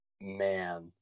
Man